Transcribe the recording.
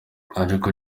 ariko